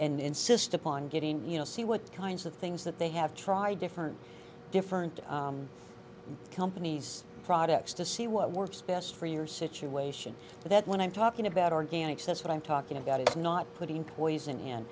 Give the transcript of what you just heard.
insist upon getting you know see what kinds of things that they have tried different different companies products to see what works best for your situation so that when i'm talking about organics that's what i'm talking about is not putting poison and